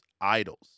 idols